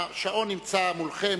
השעון נמצא מולכם,